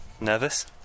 Nervous